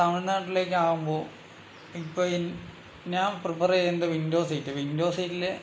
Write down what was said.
തമിഴ്നാട്ടിലേക്ക് ആകുമ്പോൾ ഇപ്പോൾ ഞാൻ പ്രിഫർ ചെയ്യുന്നത് വിൻഡോ സീറ്റ് വിൻഡോ സീറ്റിൽ